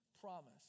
promise